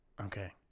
Okay